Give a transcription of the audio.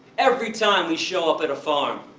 every time we show up at a farm,